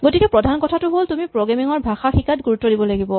গতিকে প্ৰধান কথাটো হ'ল তুমি প্ৰগ্ৰেমিং ৰ ভাষা শিকাত গুৰুত্ব দিব লাগিব